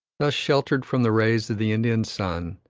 thus sheltered from the rays of the indian sun,